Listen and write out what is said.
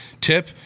tip